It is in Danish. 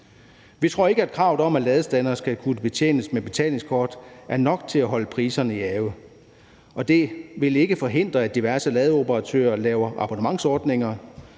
Vi tror ikke, at kravet om, at ladestandere skal kunne betjenes med betalingskort, er nok til at holde priserne i ave, og det vil ikke forhindre, at diverse ladeoperatører laver abonnementsordninger,